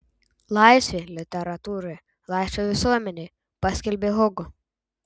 laisvė literatūroje laisvė visuomenėje paskelbė hugo